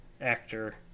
actor